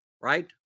right